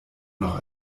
noch